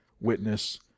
witness